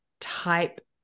type